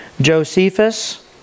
Josephus